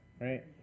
right